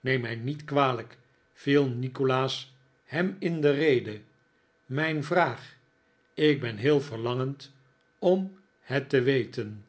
neem mij niet kwalijk viel nikolaas hem in de rede mijn vraag ik ben heel nikolaas nickleby verlangend om het te weten